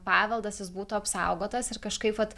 paveldas jis būtų apsaugotas ir kažkaip vat